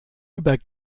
über